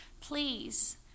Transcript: please